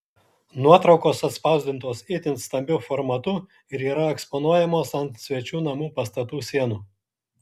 nuotraukos atspausdintos itin stambiu formatu ir yra eksponuojamos ant svečių namų pastatų sienų